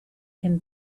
can